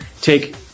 take